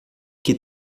que